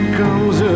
comes